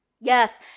Yes